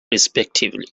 respectively